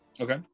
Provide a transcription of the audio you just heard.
Okay